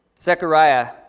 Zechariah